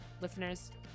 listeners